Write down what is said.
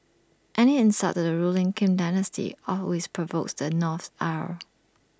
any insult to the ruling Kim dynasty always provokes the North's ire